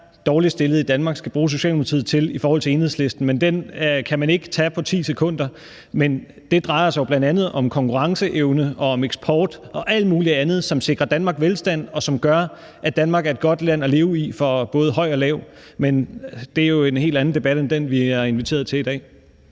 dårligt stillede i Danmark skal bruge Socialdemokratiet til i forhold til Enhedslisten, men den kan man ikke tage på 10 sekunder. Men det drejer sig jo om konkurrenceevne og om eksport og alt muligt andet, som sikrer Danmark velstand, og som gør, at Danmark er et godt land at leve i for både høj og lav, men det er jo en helt anden debat end den, vi er inviteret til i dag.